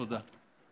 תודה.